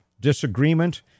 disagreement